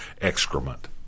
excrement